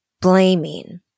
blaming